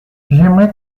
j’aimerais